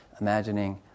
imagining